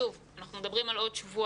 שוב, אנחנו מדברים על עוד שבועיים.